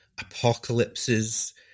Apocalypse's